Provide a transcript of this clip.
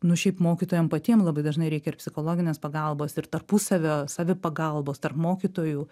nu šiaip mokytojam patiem labai dažnai reikia ir psichologinės pagalbos ir tarpusavio savipagalbos tarp mokytojų